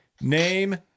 Name